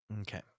Okay